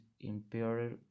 Imperial